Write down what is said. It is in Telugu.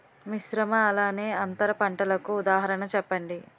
మిశ్రమ అలానే అంతర పంటలకు ఉదాహరణ చెప్పండి?